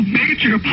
major